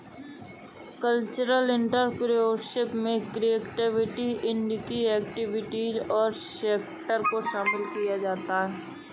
cultural entrepreneurship में creative industry activities और sector को शामिल किया गया है